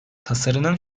tasarının